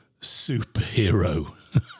superhero